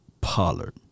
Pollard